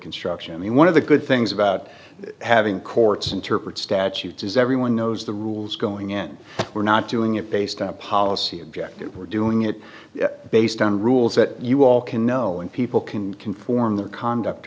construction i mean one of the good things about having courts interpret statutes is everyone knows the rules going in and we're not doing it based on a policy objective we're doing it based on rules that you all can know and people can conform their conduct